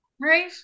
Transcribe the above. Right